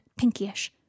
pinkyish